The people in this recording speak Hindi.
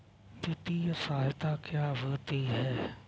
वित्तीय सहायता क्या होती है?